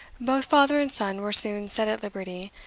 both father and son were soon set at liberty,